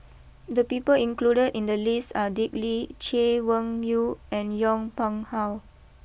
the people included in the list are Dick Lee Chay Weng Yew and Yong Pung how